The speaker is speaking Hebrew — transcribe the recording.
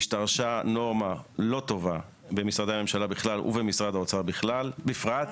השתרשה נורמה לא טובה במשרדי הממשלה ובמשרד האוצר בפרט,